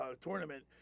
tournament